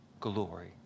glory